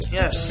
Yes